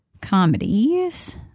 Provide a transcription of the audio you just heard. Comedies